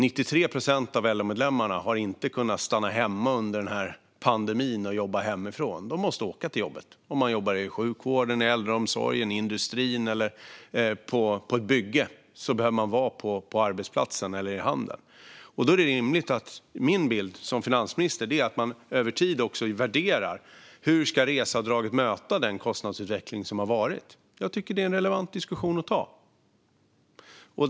Av LO-medlemmarna är det 93 procent som inte har kunnat stanna hemma och jobba hemifrån under den här pandemin; de måste åka till jobbet. Om man jobbar i sjukvården, äldreomsorgen, industrin eller på ett bygge behöver man vara på arbetsplatsen eller i handeln. Min bild som finansminister är att man över tid värderar hur reseavdraget ska möta den kostnadsutveckling som har skett. Jag tycker att detta är en relevant diskussion att ta.